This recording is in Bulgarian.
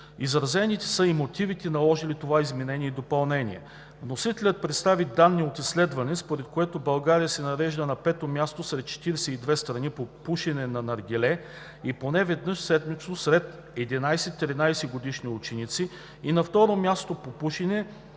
Изразени са и мотивите, наложили това изменение и допълнение. Вносителят представи данни от изследване, според което България се нарежда на пето място сред 42 страни по пушене на наргиле поне веднъж седмично сред 11 – 13-годишни ученици, и на второ място по пушене